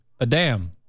Adam